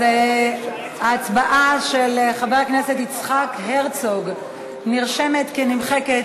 אז ההצבעה של חבר הכנסת יצחק הרצוג נרשמת כנמחקת